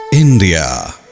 India